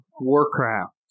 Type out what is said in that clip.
Warcraft